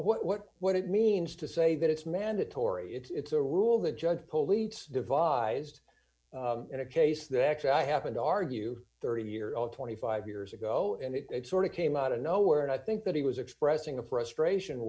or what what it means to say that it's mandatory it's a rule that judge police devised in a case that actually i happen to argue thirty year old twenty five years ago and it sort of came out of nowhere and i think that he was expressing the frustration